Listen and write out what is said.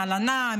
מהלנה,